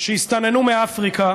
שהסתננו מאפריקה